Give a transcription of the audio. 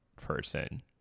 person